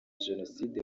jenoside